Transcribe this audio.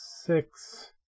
Six